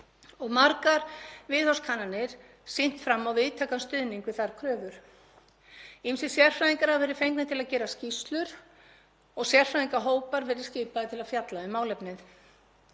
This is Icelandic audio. og margar viðhorfskannanir sýnt fram á víðtækan stuðning við þær kröfur. Ýmsir sérfræðingar hafa verið fengnir til að gera skýrslur og sérfræðingahópar verið skipaðir til að fjalla um málefnið.